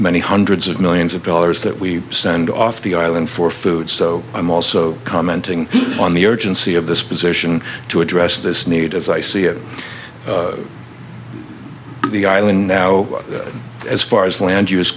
many hundreds of millions of dollars that we send off the island for food so i'm also commenting on the urgency of this position to address this need as i see it the island now as as far land u